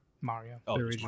Mario